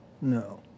no